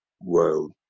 world